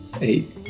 Eight